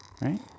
right